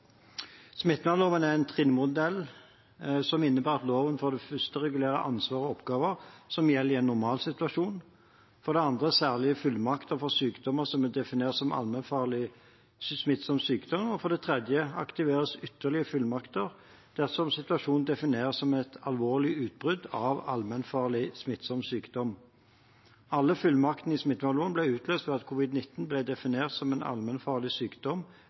er en trinnmodell som innebærer at loven for det første regulerer ansvar og oppgaver som gjelder i en normalsituasjon, for det andre regulerer den særlige fullmakter for sykdommer som er definert som allmennfarlig smittsom sykdom, og for det tredje aktiveres ytterligere fullmakter dersom situasjonen defineres som et alvorlig utbrudd av allmennfarlig smittsom sykdom. Alle fullmaktene i smittevernloven ble utløst ved at covid-19 ble definert som en allmennfarlig sykdom